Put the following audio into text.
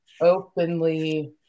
openly